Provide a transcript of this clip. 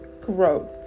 growth